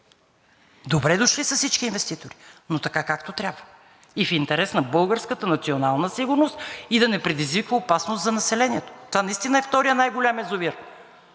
Добре дошли са всички инвеститори, но така, както трябва – в интерес на българската национална сигурност и да не предизвиква опасност за населението. Това наистина е вторият най-голям язовир.